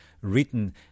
written